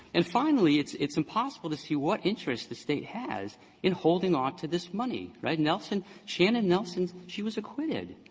and, finally, it's it's impossible to see what interest the state has in holding onto this money right? nelson shannon nelson's she was acquitted.